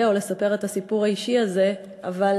או לספר את הסיפור האישי הזה בפומבי,